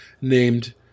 named